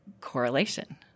correlation